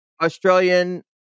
australian